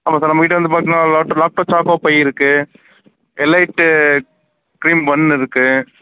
ஆமாம் சார் நம்பக்கிட்ட வந்து பார்த்தீங்கனா லாட்டோ லாட்டோ சாக்கோ பை இருக்கு எலைட்டு க்ரீம் பன் இருக்கு